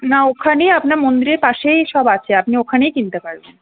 না ওখানেই আপনা মন্দিরের পাশেই সব আছে আপনি ওখানেই কিনতে পারবেন